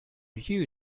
you